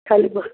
चलबै